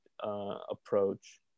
approach